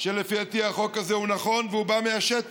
שלפי דעתי החוק הזה הוא נכון, והוא בא מהשטח.